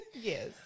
Yes